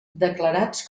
declarats